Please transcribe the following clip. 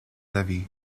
levy